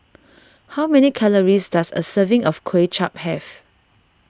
how many calories does a serving of Kuay Chap have